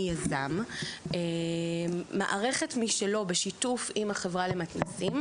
יזם מערכת משלו בשיתוף עם החברה למתנ"סים,